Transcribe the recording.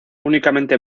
únicamente